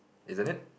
isn't it